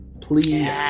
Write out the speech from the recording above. please